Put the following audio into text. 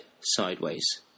sideways